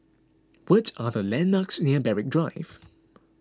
what are the landmarks near Berwick Drive